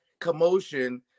commotion